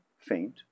faint